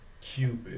cupid